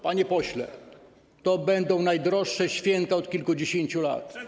Panie pośle, to będą najdroższe święta od kilkudziesięciu lat.